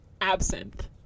Absinthe